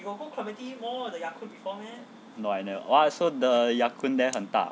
no I never oh so the ya kun there 很大